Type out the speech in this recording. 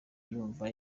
yumva